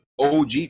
OG